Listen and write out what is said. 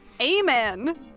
Amen